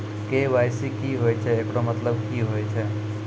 KYC की होय छै, एकरो मतलब की होय छै?